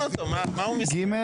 ג.